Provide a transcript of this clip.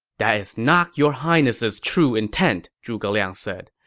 that is not your highness's true intent, zhuge liang said.